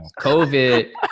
COVID